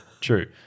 True